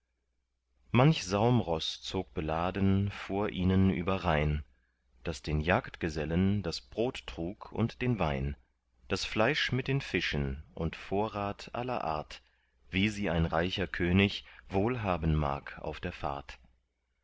manch saumroß zog beladen vor ihnen überrhein das den jagdgesellen das brot trug und den wein das fleisch mit den fischen und vorrat aller art wie sie ein reicher könig wohl haben mag auf der fahrt